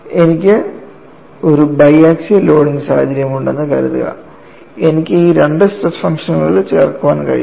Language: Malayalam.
എനിക്ക് ഒരു ബൈ ആക്സിയൽ ലോഡിംഗ് സാഹചര്യം ഉണ്ടെന്ന് കരുതുക എനിക്ക് ഈ രണ്ട് സ്ട്രെസ് ഫംഗ്ഷനുകൾ ചേർക്കാൻ കഴിയും